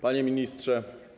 Panie Ministrze!